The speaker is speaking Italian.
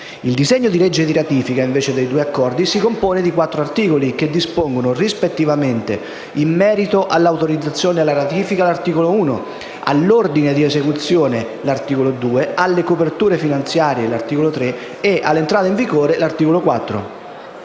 Il disegno di legge di ratifica dei due Accordi si compone di quattro articoli, che dispongono rispettivamente in merito all'autorizzazione alla ratifica (articolo 1), all'ordine di esecuzione (articolo 2), alle coperture finanziarie (articolo 3) e all'entrata in vigore (articolo 4).